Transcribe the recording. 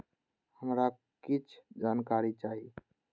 हमरा कीछ जानकारी चाही